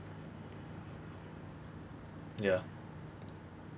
ya